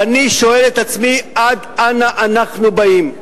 ואני שואל את עצמי עד אנה אנחנו באים.